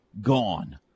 gone